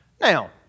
Now